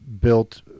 built